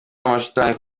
amashitani